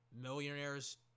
millionaires